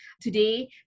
Today